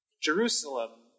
Jerusalem